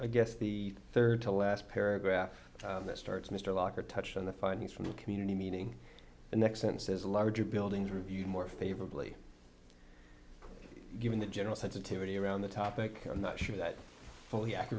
i guess the third to last paragraph that starts mr walker touched on the findings from the community meaning the next census larger buildings review more favorably given the general sensitivity around the topic i'm not sure that fully ac